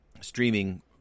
streaming